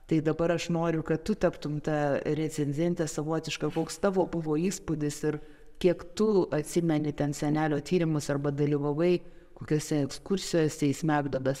tai dabar aš noriu kad tu taptum ta recenzente savotiška koks tavo buvo įspūdis ir kiek tu atsimeni ten senelio tyrimus arba dalyvavai kokiose ekskursijose į smegduobes